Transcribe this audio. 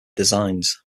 designs